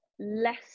less